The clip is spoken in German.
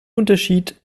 unterschied